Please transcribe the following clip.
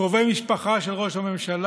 קרובי משפחה של ראש הממשלה,